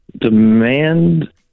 Demand